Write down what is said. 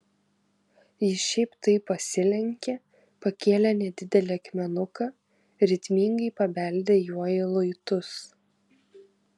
ji šiaip taip pasilenkė pakėlė nedidelį akmenuką ritmingai pabeldė juo į luitus